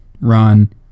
run